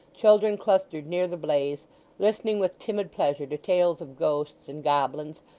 children clustered near the blaze listening with timid pleasure to tales of ghosts and goblins,